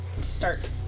start